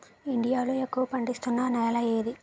India లో ఎక్కువ పండిస్తున్నా నేల ఏది?